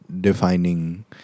defining